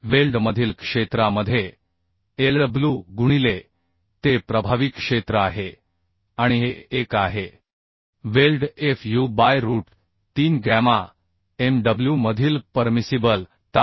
वेल्डमधील क्षेत्रामध्ये Lw गुणिले te हे प्रभावी क्षेत्र आहे आणि हे एक आहे weld fu by root 3 gamma mw मधील परमिसिबल ताण